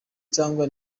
cyangwa